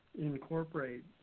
incorporate